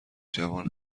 جوان